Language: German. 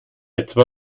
etwa